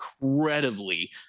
incredibly